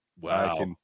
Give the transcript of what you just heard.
Wow